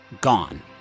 gone